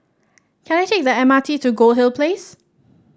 can I take the M R T to Goldhill Place